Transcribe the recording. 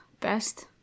best